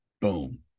boom